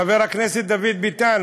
חבר הכנסת דוד ביטן,